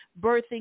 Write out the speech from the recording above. birthing